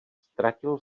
ztratil